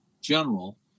general